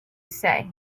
say